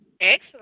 Excellent